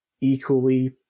equally